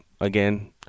again